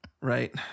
Right